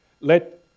let